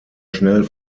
schnell